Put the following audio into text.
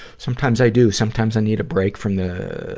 sometimes i do. sometimes i need a break from the,